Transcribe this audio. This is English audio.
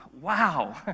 wow